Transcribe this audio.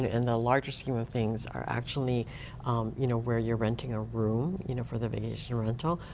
in the larger scheme of things, are actually you know where you're renting a room you know for the vacation rental.